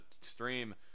stream